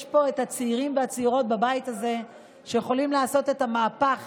יש פה צעירים וצעירות בבית הזה שיכולים לעשות את המהפך